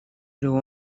leon